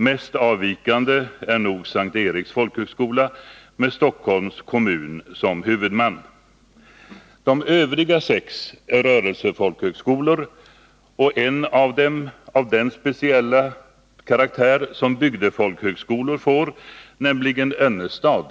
Mest avvikande är nog S:t Eriks folkhögskola med Stockholms kommun som huvudman. De övriga sex är rörelsefolkhögskolor, och en av dem har den speciella karaktär som bygdefolkhögskolor får, nämligen Önnestad,